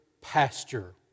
pasture